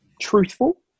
truthful